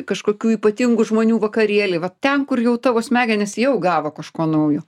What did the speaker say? kažkokių ypatingų žmonių vakarėly vat ten kur jau tavo smegenys jau gavo kažko naujo